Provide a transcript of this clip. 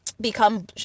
become